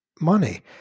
money